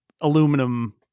aluminum